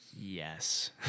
Yes